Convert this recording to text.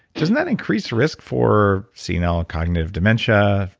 doesn't that increase risk for senile cognitive dementia,